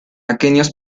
aquenios